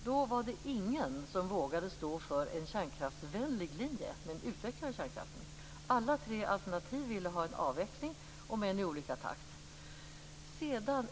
Då var det ingen som vågade stå för en kärnkraftsvänlig linje och att man skulle utveckla kärnkraften. Alla tre alternativen ville ha en avveckling men i olika takt.